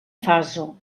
faso